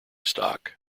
stock